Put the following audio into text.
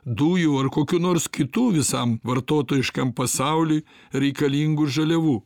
dujų ar kokių nors kitų visam vartotojiškam pasauliui reikalingų žaliavų